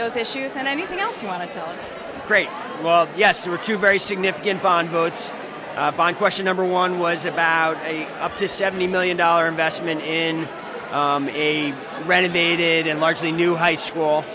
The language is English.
those issues and anything else you want to create well yes there are two very significant bond votes on question number one was about up to seventy million dollar investment in a renovated and largely new high school